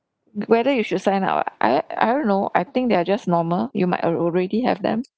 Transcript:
whether you should sign up ah I I don't know I think they are just normal you might uh already have them